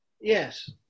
Yes